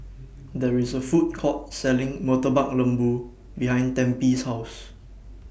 There's A Food Court Selling Murtabak Lembu behind Tempie's House